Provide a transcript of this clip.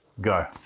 go